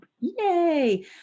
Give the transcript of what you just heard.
Yay